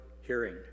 hearing